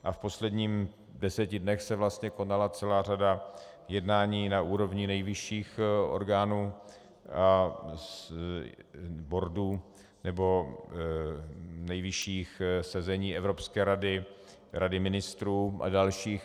V posledních deseti dnech se konala celá řada jednání na úrovni nejvyšších orgánů a boardů, nebo nejvyšších sezení Evropské rady, Rady ministrů a dalších.